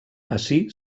ací